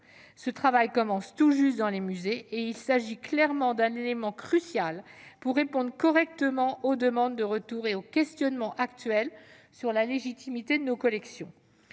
Ce travail commence tout juste dans les musées et il s'agit clairement d'un élément crucial pour répondre correctement aux demandes de retour et aux questionnements actuels sur la légitimité de nos collections.